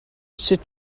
sut